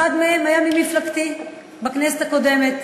אחד מהם היה המפלגתי בכנסת הקודמת,